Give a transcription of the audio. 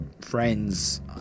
friends